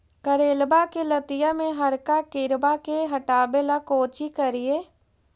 करेलबा के लतिया में हरका किड़बा के हटाबेला कोची करिए?